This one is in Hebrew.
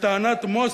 לטענת מוסט,